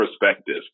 perspective